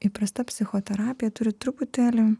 įprasta psichoterapija turiu truputėlį